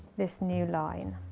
this new line.